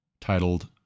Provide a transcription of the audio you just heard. titled